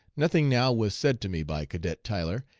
nothing now was said to me by cadet tyler,